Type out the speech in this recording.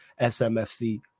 SMFC